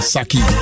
Saki